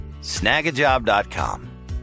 Snagajob.com